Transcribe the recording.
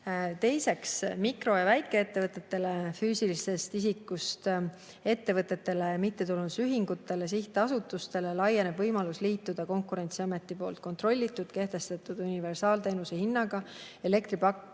Teiseks, mikro‑ ja väikeettevõtetele, füüsilisest isikust ettevõtetele, mittetulundusühingutele, sihtasutustele laieneb võimalus liituda Konkurentsiameti kontrollitud ja kehtestatud universaalteenuse hinnaga elektripaketi